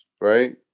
right